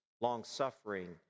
long-suffering